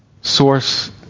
source